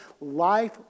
life